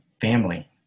family